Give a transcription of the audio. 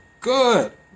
good